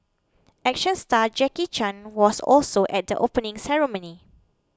action star Jackie Chan was also at the opening ceremony